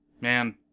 man